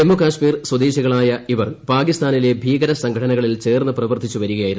ജമ്മുകാശ്മീർ സ്വദേശികളായ ഇവർ പാകിസ്ഥാനിലെ ഭീകരസംഘടനകളിൽ ചേർന്ന് പ്രവർത്തിച്ചു വരികയായിരുന്നു